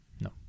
No